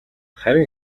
харин